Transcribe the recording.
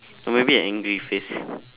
or maybe a angry face